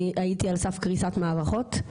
אני הייתי על סף קריסת מערכות.